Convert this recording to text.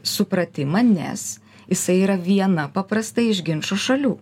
supratimą nes jisai yra viena paprastai iš ginčo šalių